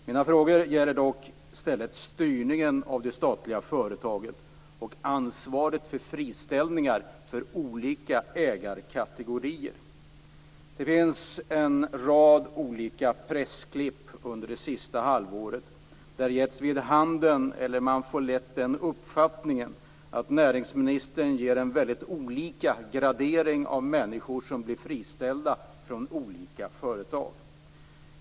Mina frågor gäller dock i stället styrningen av det statliga företaget och ansvaret för friställningar för olika ägarkategorier. Det finns en rad olika pressklipp från det senaste halvåret i vilka man lätt får uppfattningen att näringsministern gör väldigt olika graderingar av människor som blir friställda från olika företag.